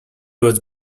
was